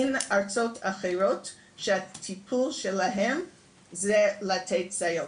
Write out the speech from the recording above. אין ארצות אחרות שהטיפול שלהן זה לתת סייעות.